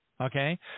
okay